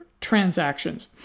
transactions